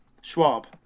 Schwab